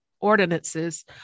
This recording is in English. ordinances